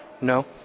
No